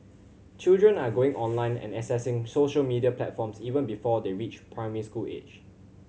children are going online and accessing social media platforms even before they reach primary school age